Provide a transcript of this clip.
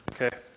Okay